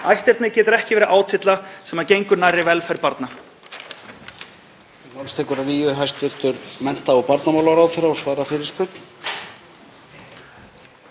Ætternið getur ekki verið átylla sem gengur nærri velferð barna.